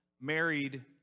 married